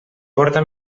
porta